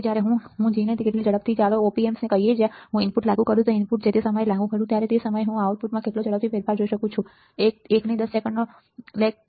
જ્યારે હું જી ત્યારે કેટલી ઝડપથી ચાલો આ op amps કહીએ જો હું ઇનપુટ લાગુ કરું તો ઇનપુટ સમયે જે હું લાગુ કરું છું તે સમયે હું આઉટપુટમાં કેટલો ઝડપથી ફેરફાર જોઈ શકું છું તે 1 ની 10 સેકન્ડનો લેગ છે